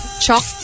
Chalk